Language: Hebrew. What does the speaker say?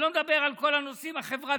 אני לא מדבר על כל הנושאים החברתיים,